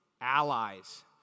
allies